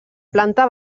planta